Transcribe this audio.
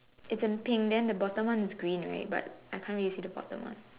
it's in pink then the bottom one is green right but I can't really see the bottom one